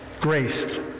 Grace